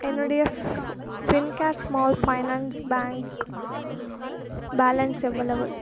என்னுடைய ஃப் Fincare small finance bank balance எவ்வளவு